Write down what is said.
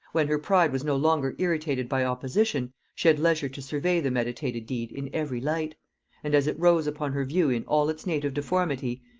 when her pride was no longer irritated by opposition, she had leisure to survey the meditated deed in every light and as it rose upon her view in all its native deformity,